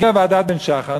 הגיעה ועדת בן-שחר,